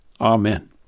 Amen